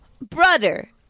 brother